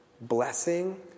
blessing